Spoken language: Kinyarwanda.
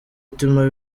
ituma